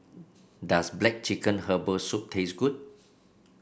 does black chicken Herbal Soup taste good